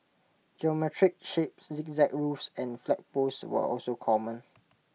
geometric shapes zigzag roofs and flagpoles were also common